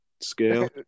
Scale